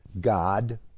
God